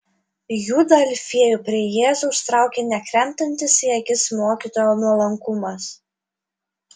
judą alfiejų prie jėzaus traukė nekrentantis į akis mokytojo nuolankumas